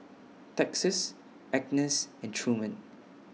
Texas Agness and Truman